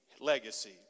legacy